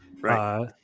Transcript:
Right